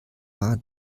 war